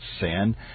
sin